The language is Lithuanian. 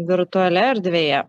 virtualioje erdvėje